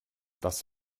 das